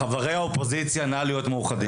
חברי האופוזיציה, נא להיות מאוחדים.